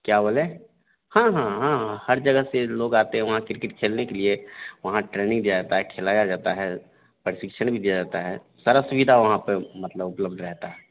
क्या बोले हाँ हाँ हाँ हाँ हर जगह से लोग आते हैं वहाँ क्रिकेट खेलने के लिए वहाँ ट्रेनिन्ग दी जाती है खिलाया जाता है प्रशिक्षण भी दिया जाता है सारी सुविधा वहाँ पर मतलब उपलब्ध रहती है